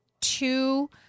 two